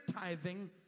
tithing